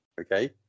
okay